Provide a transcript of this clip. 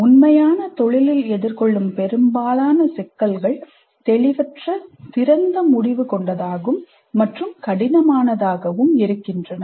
உண்மையான தொழிலில் எதிர்கொள்ளும் பெரும்பாலான சிக்கல்கள் தெளிவற்ற திறந்த முடிவு கொண்டதாகும் மற்றும் கடினமாகவும் இருக்கின்றன